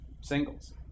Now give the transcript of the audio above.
singles